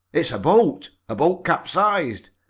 it's a boat! a boat capsized!